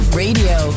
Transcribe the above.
radio